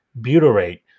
butyrate